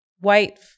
white